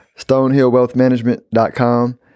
StonehillWealthManagement.com